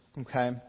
Okay